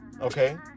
Okay